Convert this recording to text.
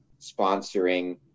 sponsoring